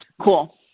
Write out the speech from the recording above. Cool